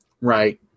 Right